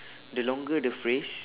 the longer the phrase